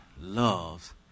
loves